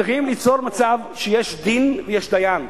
צריכים ליצור מצב שיש דין ויש דיין,